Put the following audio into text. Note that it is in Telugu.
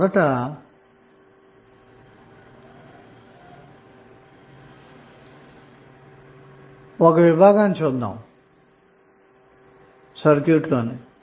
ముందుగా సర్క్యూట్ లో ఒక భాగాన్ని చూద్దాము